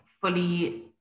fully